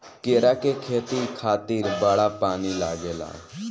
केरा के खेती खातिर बड़ा पानी लागेला